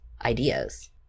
ideas